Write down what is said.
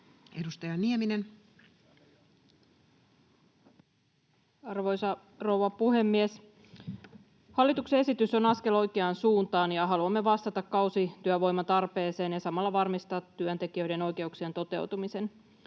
Edustaja Nieminen. Arvoisa rouva puhemies! Hallituksen esitys on askel oikeaan suuntaan. Haluamme vastata kausityövoimatarpeeseen ja samalla varmistaa työntekijöiden oikeuksien toteutumisen.